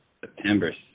September